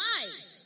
life